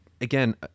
again